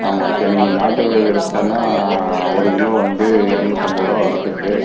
ஆமாம் இப்போ நீங்கள் நாட்டு வித எடுத்துகிட்டனா ஒரு கிலோ வந்து இரநூத்தம்பதுருவா வருது